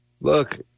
Look